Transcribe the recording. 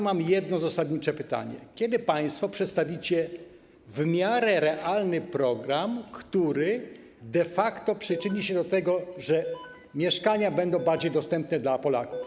Mam jedno zasadnicze pytanie: Kiedy państwo przedstawicie w miarę realny program, który de facto przyczyni się do tego, że mieszkania będą bardziej dostępne dla Polaków?